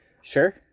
Sure